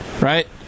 Right